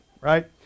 Right